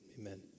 Amen